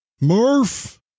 murph